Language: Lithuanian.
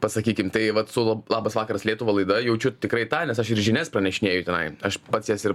pasakykim tai vat su labas vakaras lietuva laida jaučiu tikrai tą nes aš ir žinias pranešinėju tenai aš pats jas ir